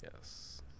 Yes